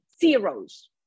zeros